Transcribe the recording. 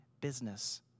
business